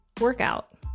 workout